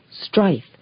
strife